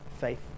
faith